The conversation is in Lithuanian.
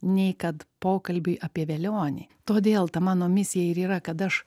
nei kad pokalbiai apie velionį todėl ta mano misija ir yra kad aš